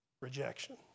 Rejection